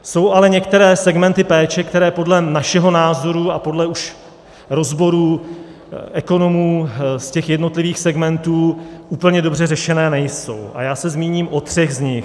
Jsou ale některé segmenty péče, které podle našeho názoru a podle rozborů ekonomů z těch jednotlivých segmentů úplně dobře řešené nejsou, a já se zmíním o třech z nich.